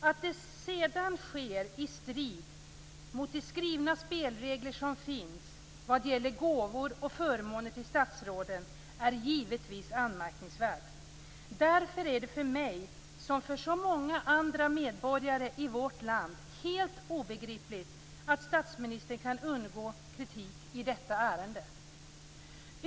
Att det sedan sker i strid mot de skrivna spelregler som finns vad gäller gåvor och förmåner till statsråden är givetvis anmärkningsvärt. Därför är det för mig, som för så många andra medborgare i vårt land, helt obegripligt att statsministern kan undgå kritik i detta ärende.